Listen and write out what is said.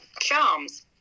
charms